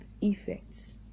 effects